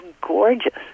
gorgeous